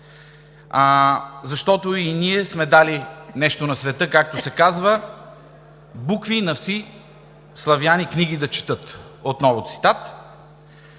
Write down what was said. защото „и ний сме дали нещо на света“, както се казва, „букви на вси славяни книги да четат“ – отново цитат.